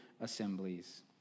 assemblies